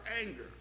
anger